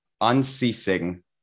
unceasing